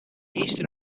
eastern